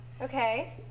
Okay